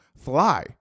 fly